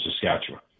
Saskatchewan